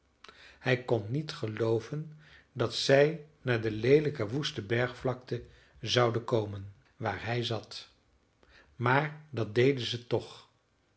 hij kon niet gelooven dat zij naar de leelijke woeste bergvlakte zouden komen waar hij zat maar dat deden ze toch